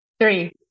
Three